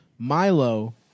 Milo